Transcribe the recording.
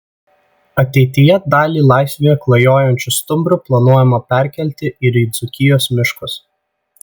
ateityje dalį laisvėje klajojančių stumbrų planuojama perkelti ir į dzūkijos miškus